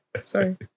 Sorry